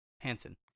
hansen